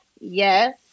Yes